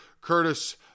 Curtis